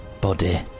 body